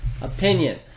opinion